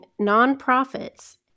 nonprofits